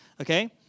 okay